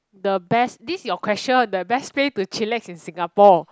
the best this your question the best place to chillax in singapore